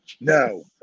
No